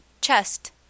Chest